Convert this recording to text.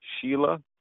Sheila